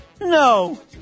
No